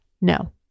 No